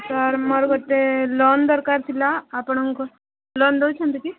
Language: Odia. ସାର୍ ମୋର ଗୋଟେ ଲୋନ୍ ଦରକାର ଥିଲା ଆପଣଙ୍କ ଲୋନ୍ ଦଉଛନ୍ତି କି